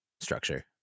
structure